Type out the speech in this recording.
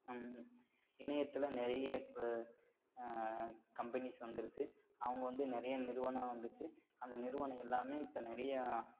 இணையத்தில் நிறைய இப்போ கம்பெனிஸ் வந்துருச்சு அவங்க வந்து நிறையா நிறுவனம் வந்துருச்சு அந்த நிறுவனம் எல்லாமே இப்போ நிறையா